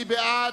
מי בעד?